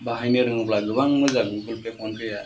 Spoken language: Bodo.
बाहायनो रोङोब्ला गोबां मोजां गुगोलपे फनपेआ